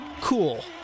cool